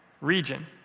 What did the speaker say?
region